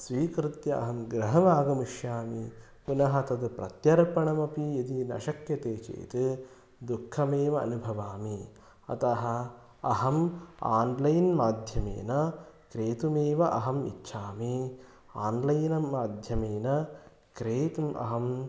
स्वीकृत्य अहं गृहमागमिष्यामि पुनः तद् प्रत्यर्पणमपि यदि न शक्यते चेत् दुःखमेव अनुभवामि अतः अहम् आन्लैन् माध्यमेन क्रेतुमेव अहम् इच्छामि आन्लैन्न माध्यमेन क्रेतुम् अहम्